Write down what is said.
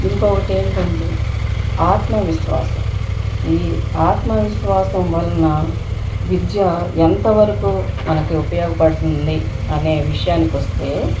ఇంకొకటి ఏంటంటే ఆత్మవిశ్వాసం ఈ ఆత్మవిశ్వాసం వలన విద్య ఎంతవరకు మనకు ఉపయోగపడుతుంది అనే విషయానికి వస్తే